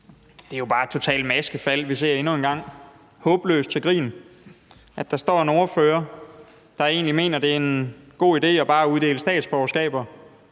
Det er jo bare totalt maskefald, vi ser endnu en gang. Det er håbløst til grin, at der står en ordfører, der mener, at det er en god idé bare at uddele statsborgerskaber,